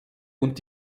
und